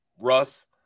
Russ